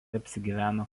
apsigyveno